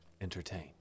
entertained